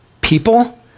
people